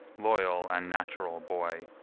loyal and natural boy,